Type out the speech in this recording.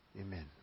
Amen